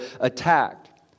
attacked